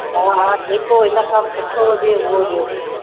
हा हा जेको हिनखां सुठो हुजे उहो ॾियो